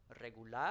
regular